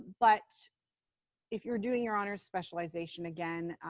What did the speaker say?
but if you're doing your honors specialization, again,